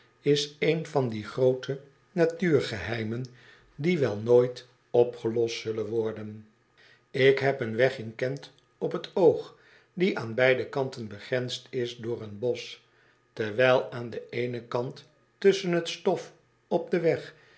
is een van die groote natuurgeheimen die wel nooit opgelost zullen worden ik heb een weg in k e n t op t oog die aan beide kanten begrensd is door een bosch terwijl aan den eenen kant tusschen t stof op den weg